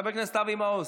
חבר הכנסת אבי מעוז,